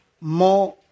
more